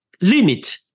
limit